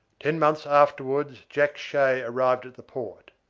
ten months afterwards jack shay arrived at the port.